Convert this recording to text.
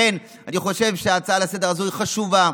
לכן, אני חושב שההצעה לסדר-היום הזאת היא חשובה,